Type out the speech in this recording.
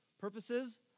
purposes